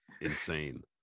insane